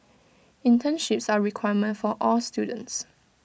internships are A requirement for all students